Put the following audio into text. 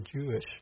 Jewish